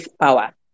power